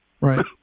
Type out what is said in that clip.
Right